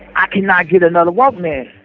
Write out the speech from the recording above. i cannot get another walkman.